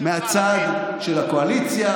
מהצד של הקואליציה,